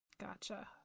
Gotcha